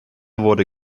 wurde